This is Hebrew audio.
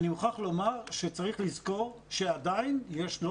אני מוכרח לומר שצריך לזכור שעדיין יש לא